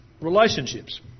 relationships